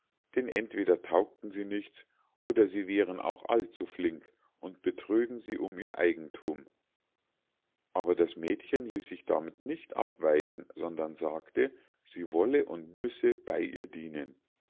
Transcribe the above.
denn entweder taugten sie nichts oder sie wären auch allzu flink und betrögen sie um ihr eigenthum aber das mädchen ließ sich damit nicht abweisen sondern sagte sie wolle und müsse bei ihr dienen